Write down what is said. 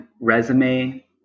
resume